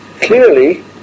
Clearly